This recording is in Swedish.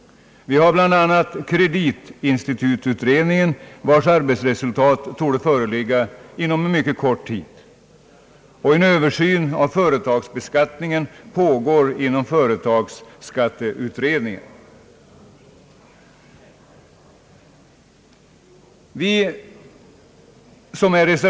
Vi har bl.a. kreditinstitututredningen, vars arbetsresultat torde föreligga inom kort, och en översyn av företagsbeskattningen pågår inom <företagsskatteutredningen.